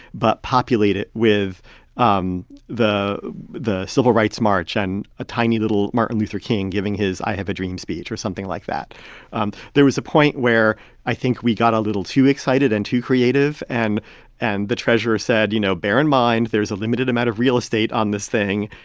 but populate it with um the the civil rights march and a tiny little martin luther king giving his i have a dream speech or something like that um there was a point where i think we got a little too excited and too creative. and and the treasurer said, you know, bear in mind, there's a limited amount of real estate on this thing,